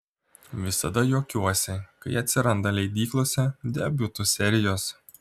visada juokiuosi kai atsiranda leidyklose debiutų serijos